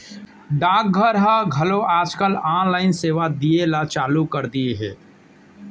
डाक घर ह घलौ आज काल ऑनलाइन सेवा दिये ल चालू कर दिये हे